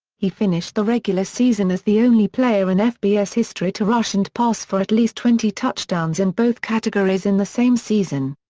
he finished the regular season as the only player in fbs history to rush and pass for at least twenty touchdowns in both categories in the same season.